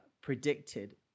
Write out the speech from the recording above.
predicted